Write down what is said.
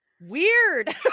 weird